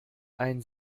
ein